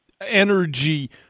energy